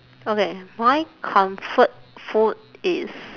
okay my comfort food is